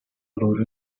loro